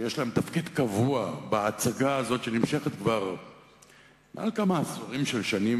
שיש להם תפקיד קבוע בהצגה הזאת שנמשכת כבר כמה עשורים של שנים,